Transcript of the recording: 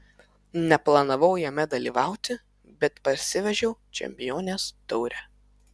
neplanavau jame dalyvauti bet parsivežiau čempionės taurę